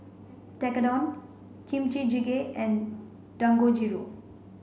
Tekkadon Kimchi Jjigae and Dangojiru